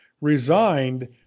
resigned